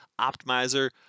optimizer